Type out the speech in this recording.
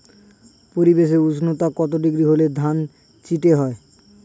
পরিবেশের উষ্ণতা কত ডিগ্রি হলে ধান চিটে হয়?